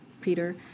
Peter